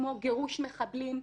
כמו גירוש מחבלים,